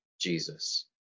Jesus